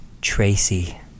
Tracy